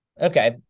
Okay